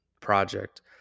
project